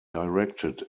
directed